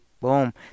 Boom